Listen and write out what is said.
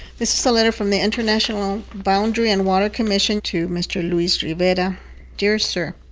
this is a letter from the international boundary and water commission to mr. luis rivera dear sir,